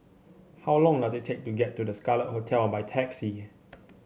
how long does it take to get to The Scarlet Hotel by taxi